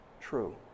true